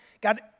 God